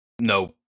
no